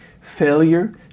Failure